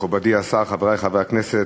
תודה רבה, מכובדי השר, חברי חברי הכנסת,